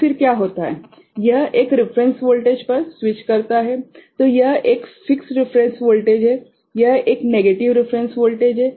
यह एक reference voltage पर स्विच करता है तो यह एक फ़िक्स्ड रेफेरेंस वोल्टेज है यह एक नेगेटिव रेफेरेंस वोल्टेज है